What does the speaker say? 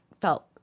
felt